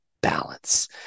balance